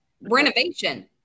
renovation